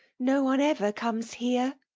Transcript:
no one ever comes here.